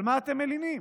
על מה אתם מלינים?